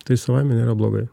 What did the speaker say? tai savaime nėra blogai